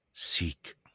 Seek